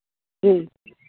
जी